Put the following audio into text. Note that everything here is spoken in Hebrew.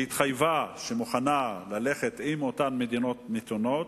היא התחייבה שהיא מוכנה ללכת עם אותן מדינות מתונות